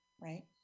right